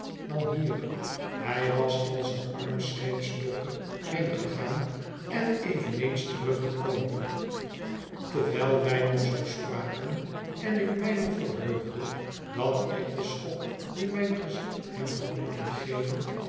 dan hier hij was als een arm scheepsdokter heengegaan en eveneens teruggekomen terwijl wij nog zoo spraken en ik mij nog verheugde dat ik den schok dien mijn gezicht hem had moeten geven